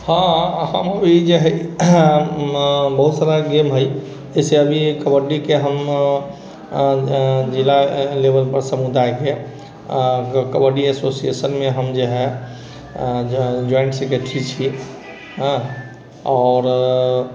हँ हम ई जे हइ बहुत सारा गेम हइ जैसे अभी कबड्डीके हम जिला लेवल पर समुदायके आ कबड्डी एसोसिएशनमे हम जे हइ अऽ जोए जॉइन्ट सेक्रेटरी छिऐ हँ आओर